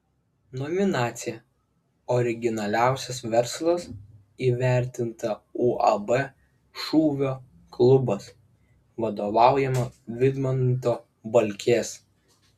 nominacija originaliausias verslas įvertinta uab šūvio klubas vadovaujama vidmanto balkės